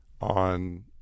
on